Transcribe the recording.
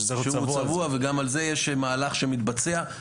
שהוא צבוע וגם על זה יש מהלך שמתבצע,